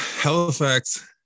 Halifax